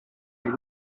they